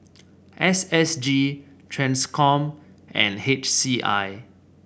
S S G Transcom and H C I